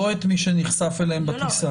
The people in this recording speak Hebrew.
לא את מי שנחשף אליהם בטיסה.